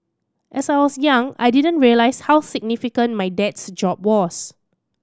as I was young I didn't realise how significant my dad's job was